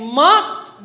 mocked